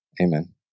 Amen